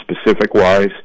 specific-wise